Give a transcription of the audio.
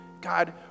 God